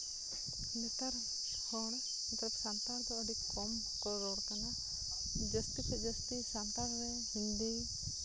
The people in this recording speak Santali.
ᱱᱮᱛᱟᱨ ᱦᱚᱲ ᱫᱚ ᱥᱟᱱᱛᱟᱲ ᱫᱚ ᱟᱹᱰᱤ ᱠᱚᱢ ᱠᱚ ᱨᱚᱲ ᱠᱟᱱᱟ ᱡᱟᱹᱥᱛᱤ ᱠᱷᱚᱱ ᱡᱟᱹᱥᱛᱤ ᱥᱟᱱᱛᱟᱲ ᱨᱮ ᱦᱤᱱᱫᱤ